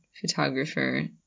photographer